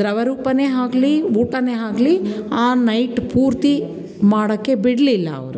ದ್ರವ ರೂಪವೇ ಆಗಲಿ ಊಟವೇ ಆಗಲಿ ಆ ನೈಟ್ ಪೂರ್ತಿ ಮಾಡೋಕ್ಕೆ ಬಿಡಲಿಲ್ಲ ಅವರು